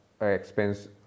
expense